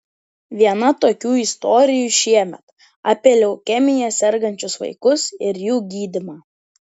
viena tokių istorijų šiemet apie leukemija sergančius vaikus ir jų gydymą